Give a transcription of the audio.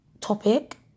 topic